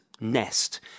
nest